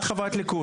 את חברת ליכוד.